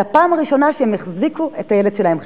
על הפעם הראשונה שהם החזיקו את הילד שלהם.